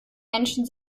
menschen